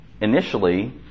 initially